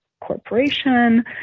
corporation